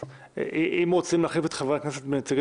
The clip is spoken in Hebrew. אם רוצים להחליף את חברי הכנסת בנציגי